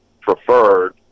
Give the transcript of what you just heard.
preferred